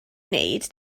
wneud